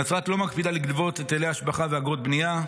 נצרת לא מקפידה לגבות היטלי השבחה ואגרות בנייה,